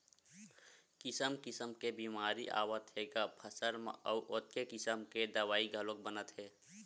किसम किसम के बेमारी आवत हे ग फसल म अउ ओतके किसम के दवई घलोक बनत हे